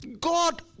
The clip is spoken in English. God